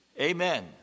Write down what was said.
Amen